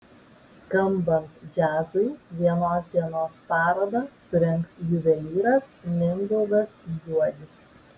skambant džiazui vienos dienos parodą surengs juvelyras mindaugas juodis